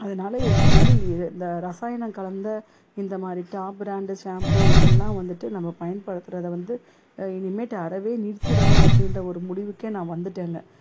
அதனால் இந்தமாதிரி இந்த ரசாயனம் கலந்த இந்தமாதிரி டாப் ப்ராண்டு ஷாம்பு இதெல்லாம் வந்துட்டு நம்ம பயன்படுத்துறதை வந்து இனிமேட்டு அறவே நிறுத்திடணும் அப்படின்ற ஒரு முடிவுக்கே நான் வந்துவிட்டேங்க